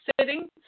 sitting